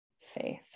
faith